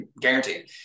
guaranteed